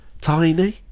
tiny